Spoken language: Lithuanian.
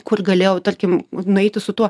kur galėjau tarkim nueiti su tuo